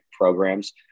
programs